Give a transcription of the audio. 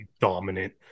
dominant